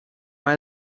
mij